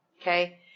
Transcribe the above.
Okay